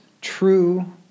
true